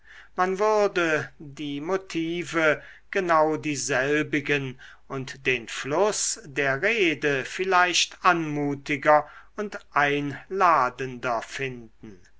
man würde die motive genau dieselbigen und den fluß der rede vielleicht anmutiger und einladender finden